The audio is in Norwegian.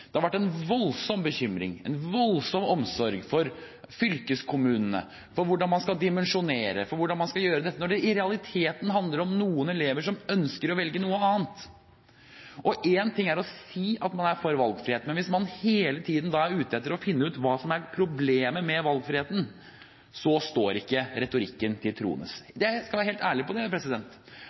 Det har vært en voldsom bekymring, en voldsom omsorg for fylkeskommunene, for hvordan man skal dimensjonere og for hvordan man skal gjøre dette, når det i realiteten handler om noen elever som ønsker å velge noe annet. Én ting er å si at man er for valgfrihet, men hvis man hele tiden er ute etter å finne ut hva som er problemet med valgfriheten, står ikke retorikken til troende. Jeg skal være helt ærlig på